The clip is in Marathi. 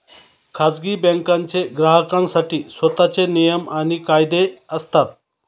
खाजगी बँकांचे ग्राहकांसाठी स्वतःचे नियम आणि कायदे असतात